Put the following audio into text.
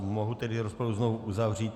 Mohu tedy rozpravu znovu uzavřít.